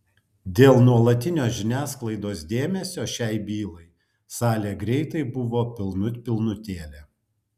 dėl nuolatinio žiniasklaidos dėmesio šiai bylai salė greitai buvo pilnut pilnutėlė